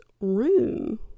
room